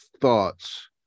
thoughts